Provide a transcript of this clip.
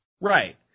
Right